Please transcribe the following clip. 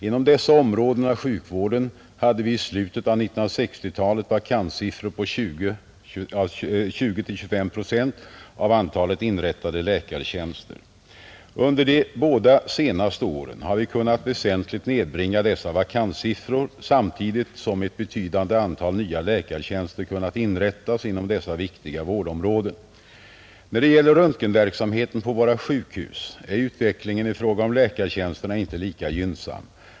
Inom dessa områden av sjukvården hade vi i slutet av 1960-talet vakanssiffror på 20—25 procent av antalet inrättade läkartjänster. Under de båda senaste åren har vi kunnat väsentligt nedbringa dessa vakanssiffror, samtidigt som ett betydande antal nya läkartjänster kunnat inrättas inom dessa viktiga vårdområden. När det gäller röntgenverksamheten på våra sjukhus är utvecklingen i fråga om läkartjänsterna inte lika gynnsam.